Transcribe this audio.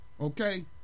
okay